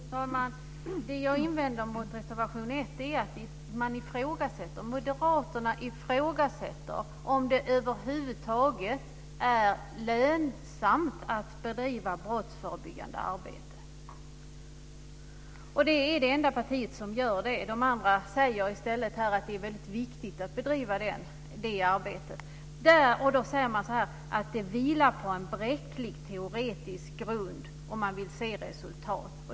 Fru talman! Det jag invänder emot i reservation 1 är att moderaterna ifrågasätter om det över huvud taget är lönsamt att bedriva brottsförebyggande arbete. Det är det enda parti som gör det. De andra säger i stället att det är väldigt viktigt att bedriva det arbetet. Då säger moderaterna att det vilar på en bräcklig teoretisk grund om man vill se resultat.